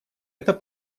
это